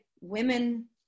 women